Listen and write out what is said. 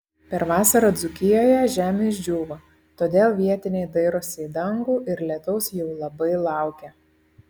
per vasarą dzūkijoje žemė išdžiūvo todėl vietiniai dairosi į dangų ir lietaus jau labai laukia